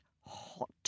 hot